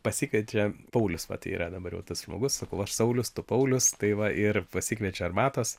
pasikviečia paulius vat yra dabar jau tas žmogus sakau aš saulius tu paulius tai va ir pasikviečia arbatos